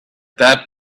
that